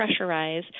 pressurize